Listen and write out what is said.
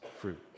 fruit